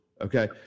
Okay